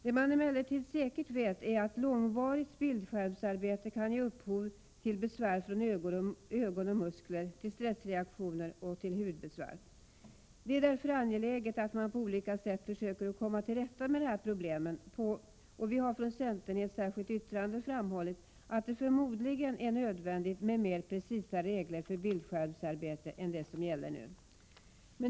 Det man emellertid säkert vet är att långvarigt bildskärmsarbete kan ge upphov till besvär från ögon och muskler, till stressreaktioner och hudbesvär. Det är därför angeläget att man på olika sätt försöker komma till rätta med de problemen. Centern har i ett särskilt yttrande framhållit att det förmodligen är nödvändigt med mer precisa regler för bildskärmsarbete än dem som gäller nu.